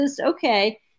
okay